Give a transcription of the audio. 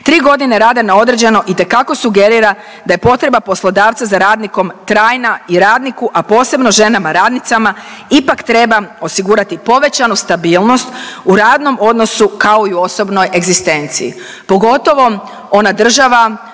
3 godine rada na određeno itekako sugerira da je potreba poslodavca za radnikom trajna i radniku, a posebno ženama radnicama ipak treba osigurati povećanu stabilnost u radnom odnosu, kao i u osobnoj egzistenciji. Pogotovo ona država